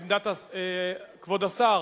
עמדת כבוד השר?